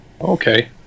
Okay